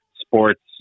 sports